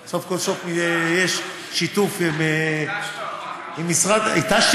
סוף כל סוף יש שיתוף עם משרד, התשת אותו.